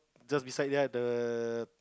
just beside that the